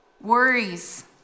worries